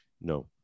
No